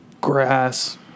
grass